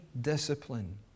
discipline